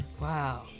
Wow